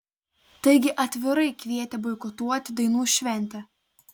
taigi atvirai kvietė boikotuoti dainų šventę